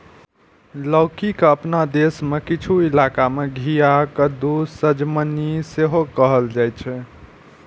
लौकी के अपना देश मे किछु इलाका मे घिया, कद्दू, सजमनि सेहो कहल जाइ छै